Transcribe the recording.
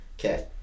Okay